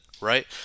right